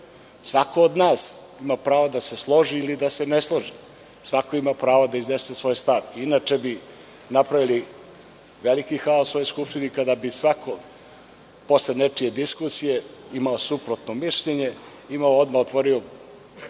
Svako od nas ima pravo da se složi ili da se ne složi. Svako ima pravo da iznese svoj stav. Inače bi napravili veliki haos u ovoj Skupštini kada bi svako posle nečije diskusije imao suprotno mišljenje i odmah otvorio